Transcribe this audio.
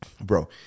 Bro